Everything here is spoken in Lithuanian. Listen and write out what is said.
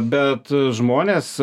bet žmonės